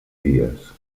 dies